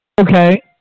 Okay